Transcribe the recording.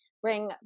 Bring